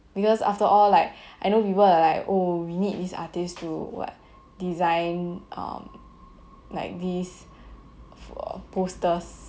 because after all like I know people are like oh we need these artists to what design like these posters